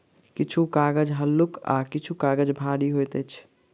किछु कागज हल्लुक आ किछु काजग भारी होइत अछि